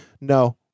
No